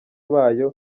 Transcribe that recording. bayo